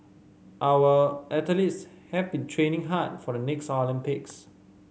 our athletes have been training hard for the next Olympics